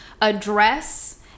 address